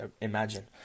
Imagine